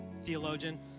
theologian